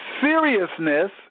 seriousness